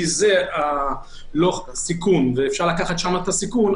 כי אפשר לקחת שם את הסיכון,